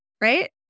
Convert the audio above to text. Right